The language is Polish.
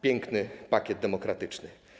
Piękny pakiet demokratyczny.